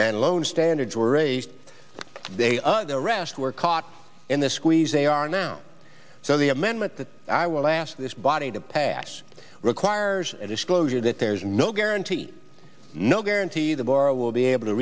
and loan standards were a they the rest were caught in the squeeze they are now so the amendment that i will ask this body to pass requires a disclosure that there's no guarantee no t the bar will be able to